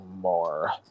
more